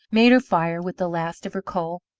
made her fire, with the last of her coal,